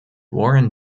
warren